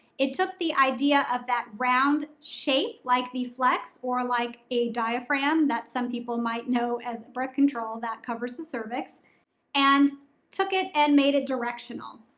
it took the idea of that round shape like the flex or like a diaphragm that some people might know as birth control that covers the cervix and took it and made it directional.